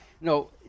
No